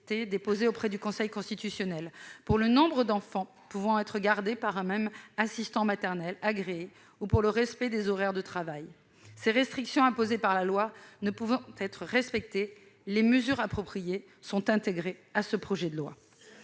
prioritaires de constitutionnalité, le nombre d'enfants pouvant être gardés par un même assistant maternel agréé ou le respect des horaires de travail. Les restrictions imposées en la matière par la loi ne pouvant être respectées, les mesures appropriées ont été intégrées à ce projet de loi.